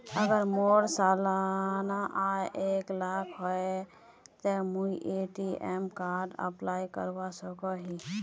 अगर मोर सालाना आय एक लाख होचे ते मुई ए.टी.एम कार्ड अप्लाई करवा सकोहो ही?